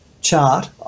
chart